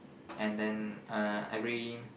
and then uh every